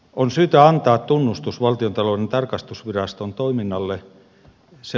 on syytä antaa tunnustus valtiontalouden tarkastusviraston toiminnalle